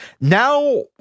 now